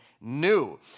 new